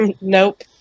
Nope